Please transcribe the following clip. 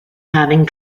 having